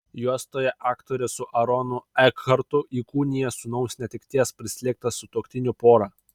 juostoje aktorė su aronu ekhartu įkūnija sūnaus netekties prislėgtą sutuoktinių porą